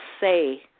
say